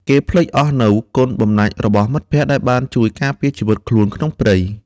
គេភ្លេចអស់នូវគុណបំណាច់របស់មិត្តភក្តិដែលបានជួយការពារជីវិតខ្លួនក្នុងព្រៃ។